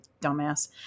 Dumbass